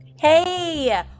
Hey